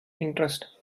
interest